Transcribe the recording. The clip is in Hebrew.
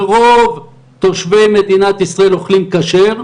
ורוב תושבי מדינת ישראל אוכלים כשר,